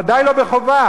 בוודאי לא בחובה.